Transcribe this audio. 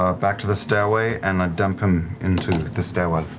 um back to the stairway, and i dump him into the stairwell.